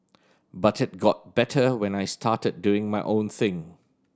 but it got better when I started doing my own thing